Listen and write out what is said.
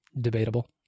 debatable